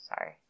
Sorry